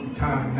time